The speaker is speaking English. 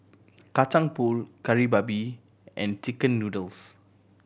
Kacang Pool Kari Babi and chicken noodles